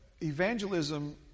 evangelism